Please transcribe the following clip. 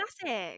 classic